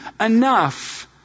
enough